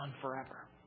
forever